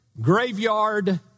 graveyard